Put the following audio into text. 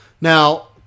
Now